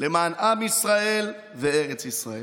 למען עם ישראל וארץ ישראל.